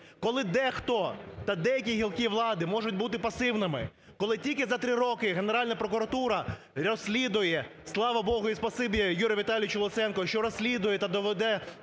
Коли дехто та деякі гілки влади можуть бути пасивними, коли тільки за три роки Генеральна прокуратура розслідує, слава Богу і спасибі Юрію Віталійовичу Луценко, що розслідує та довела